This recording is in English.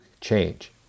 change